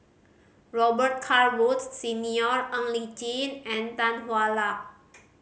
Robet Carr Woods Senior Ng Li Chin and Tan Hwa Luck